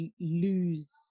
lose